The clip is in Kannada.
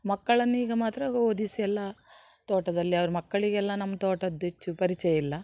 ಮಕ್ಕಳನ್ನು ಈಗ ಮಾತ್ರ ಓದಿಸಿ ಎಲ್ಲಾ ತೋಟದಲ್ಲಿ ಅವರ ಮಕ್ಕಳಿಗೆಲ್ಲಾ ನಮ್ಮ ತೋಟದ್ದು ಹೆಚ್ಚು ಪರಿಚಯ ಇಲ್ಲ